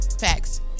facts